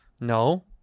No